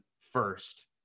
first